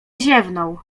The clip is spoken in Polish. ziewnął